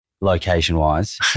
location-wise